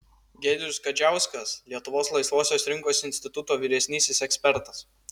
giedrius kadziauskas lietuvos laisvosios rinkos instituto vyresnysis ekspertas